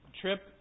trip